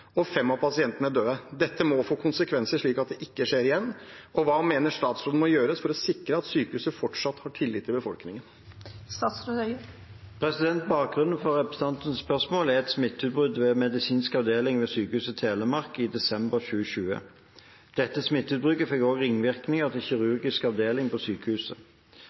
og 5 av pasientene døde. Dette må få konsekvenser, slik at det ikke skjer igjen. Hva mener statsråden må gjøres for å sikrer at sykehuset fortsatt har tillit i befolkningen?» Bakgrunnen for representantens spørsmål er et smitteutbrudd ved en medisinsk avdeling ved Sykehuset Telemark i desember 2020. Dette smitteutbruddet fikk også ringvirkninger for en kirurgisk avdeling ved sykehuset.